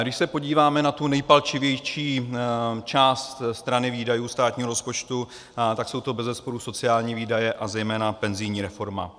Když se podíváme na tu nejpalčivější část strany výdajů státního rozpočtu, tak jsou to bezesporu sociální výdaje a zejména penzijní reforma.